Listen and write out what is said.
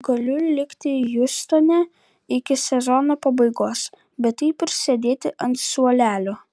galiu likti hjustone iki sezono pabaigos bet taip ir sėdėti ant suolelio